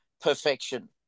perfection